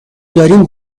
داریم